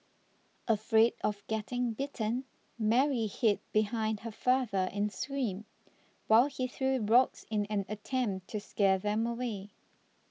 afraid of getting bitten Mary hid behind her father and screamed while he threw rocks in an attempt to scare them away